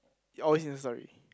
always Insta Story